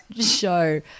show